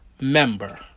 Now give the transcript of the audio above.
member